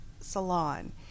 salon